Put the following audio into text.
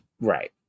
Right